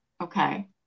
Okay